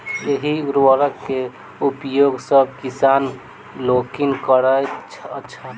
एहि उर्वरक के उपयोग सभ किसान लोकनि करैत छथि